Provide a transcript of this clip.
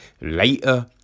later